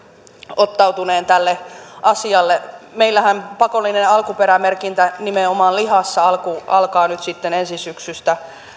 ottautuneen tälle asialle meillähän pakollinen alkuperämerkintä nimenomaan lihassa alkaa ensi syksystä